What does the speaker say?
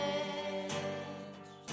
edge